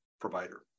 provider